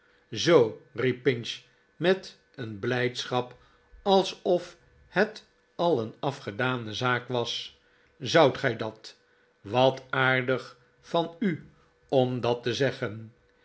zoot riep pinch met een blijdschap alsof het al een afgedane zaak was fl zoudt gij dat wat aardig van u om dat te zeggenl